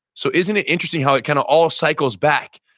so isn't it interesting how it kind of all cycles back,